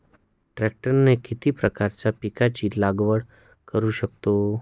ट्रॅक्टरने किती प्रकारच्या पिकाची लागवड करु शकतो?